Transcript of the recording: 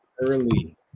early